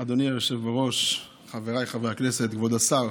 אדוני היושב-ראש, חבריי חברי הכנסת, כבוד השר,